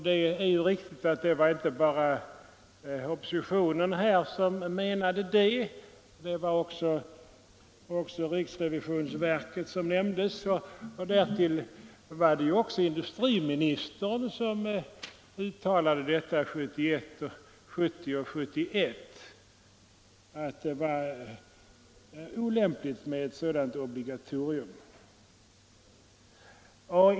Det är riktigt att det inte bara var oppositionen som menade det; det var också —- som nämnts — riksrevisionsverket. Därtill uttalade också industriministern 1970 och 1971 att det var olämpligt med ett sådant obligatorium.